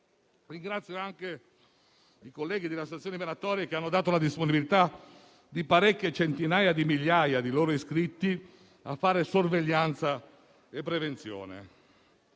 Ringrazio anche i colleghi delle associazioni venatorie, che hanno dato la disponibilità di parecchie centinaia di migliaia di loro iscritti, per fare sorveglianza e prevenzione.